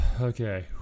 Okay